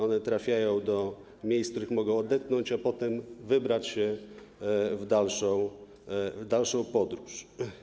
One trafiają do miejsc, w których mogą odetchnąć, a potem wybrać się w dalszą podróż.